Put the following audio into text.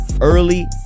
early